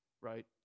right